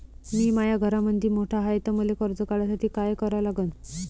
मी माया घरामंदी मोठा हाय त मले कर्ज काढासाठी काय करा लागन?